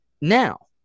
now